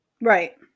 Right